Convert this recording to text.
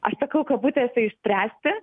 aš sakau kabutėse išspręsti